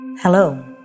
hello